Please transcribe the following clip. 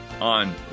on